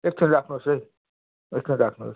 एकछि राख्नुहोस् है एकछिन राख्नुहोस्